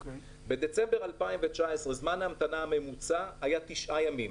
בדצמבר 2019 זמן ההמתנה הממוצע עמד על תשעה ימים.